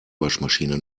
waschmaschine